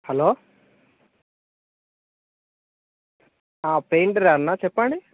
hello పెయింటరే అన్నా చెప్పండి